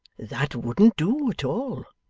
that wouldn't do, at all